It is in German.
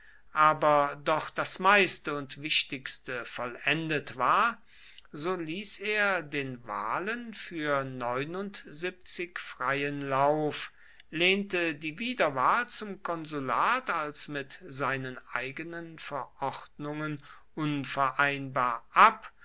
aber doch das meiste und wichtigste vollendet war so ließ er den wahlen für freien lauf lehnte die wiederwahl zum konsulat als mit seinen eigenen verordnungen unvereinbar ab